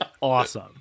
awesome